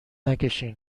نکشین